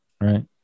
right